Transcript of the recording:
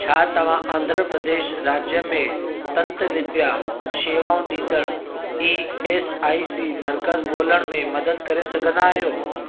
छा तव्हां आंध्रप्रदेश राज्य में तंतु विद्या शेवाऊं ॾींदड़ ई एस आई सी मर्कज़ ॻोल्हण में मदद करे सघंदा आहियो